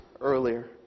earlier